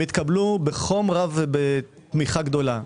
הם התקבלו בחום רב ובתמיכה גדולה.